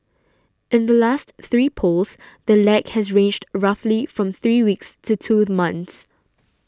in the last three polls the lag has ranged roughly from three weeks to two months